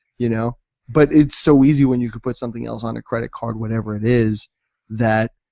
you know but it's so easy when you could put something else on a credit card whatever it is that